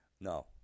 No